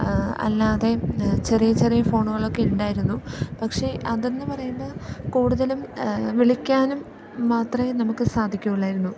അല്ലാതെയും ചെറിയ ചെറിയ ഫോണുകളൊക്കെ ഉണ്ടായിരുന്നു പക്ഷെ അതെന്ന് പറയുമ്പം കൂടുതലും വിളിക്കാനും മാത്രമേ നമുക്ക് സാധിക്കുകയുള്ളായിരുന്നു